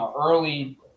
early